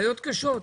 בעיות קשות.